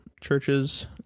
churches